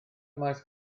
maes